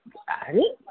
अरे